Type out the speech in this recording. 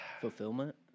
Fulfillment